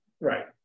Right